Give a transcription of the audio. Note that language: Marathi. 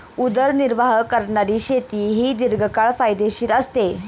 उदरनिर्वाह करणारी शेती ही दीर्घकाळ फायदेशीर असते